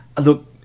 look